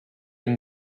and